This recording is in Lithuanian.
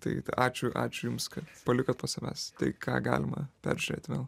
tai ačiū ačiū jums kad palikot po savęs tai ką galima peržiūrėt vėl